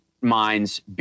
minds